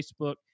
Facebook